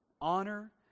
honor